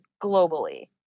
globally